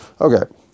Okay